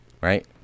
right